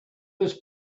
was